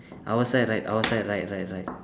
our side right our side right right right